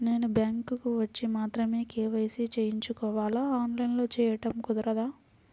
నేను బ్యాంక్ వచ్చి మాత్రమే కే.వై.సి చేయించుకోవాలా? ఆన్లైన్లో చేయటం కుదరదా?